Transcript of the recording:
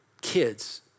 kids